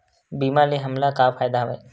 बीमा ले हमला का फ़ायदा हवय?